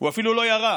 הוא אפילו לא ירה.